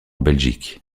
belgique